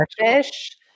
fish